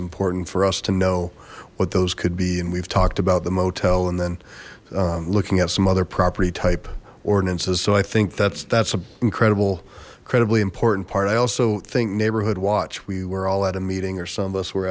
important for us to know what those could be and we've talked about the motel and then looking at some other property type ordinances so i think that's that's a incredible incredibly important part i also think neighborhood watch we were all at a meeting or some of us were